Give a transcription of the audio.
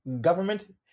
government